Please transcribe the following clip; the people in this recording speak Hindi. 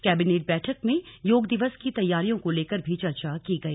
कैबिनेट बैठक में योग दिवस की तैयारियों को लेकर भी चर्चा की गई